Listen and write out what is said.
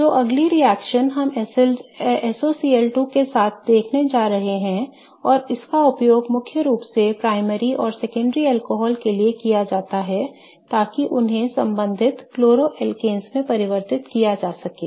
जो अगली रिएक्शन हम SOCl2 के साथ देखने जा रहे हैं और इसका उपयोग मुख्य रूप से प्राथमिक और द्वितीयक अल्कोहल के लिए किया जाता है ताकि उन्हें संबंधित क्लोरो अल्केन्स में परिवर्तित किया जा सके